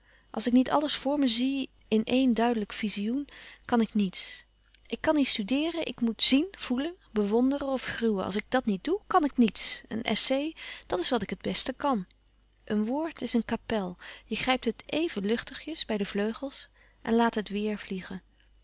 als ik niet alles voor me zie in éen duidelijk vizioen kan ik niets ik kan niet studeeren ik moet zien voelen bewonderen of gruwen als ik dat niet doe kan ik niets een essai dat is wat ik het beste kan een woord is een kapel je grijpt het éven luchtigjes bij de vleugels en laat het weêr vliegen